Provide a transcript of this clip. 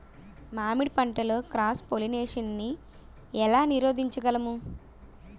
మామిడి పంటలో cross pollination నీ ఏల నీరోధించగలము?